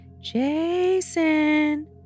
Jason